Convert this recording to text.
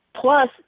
Plus